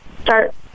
start